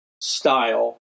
style